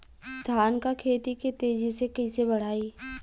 धान क खेती के तेजी से कइसे बढ़ाई?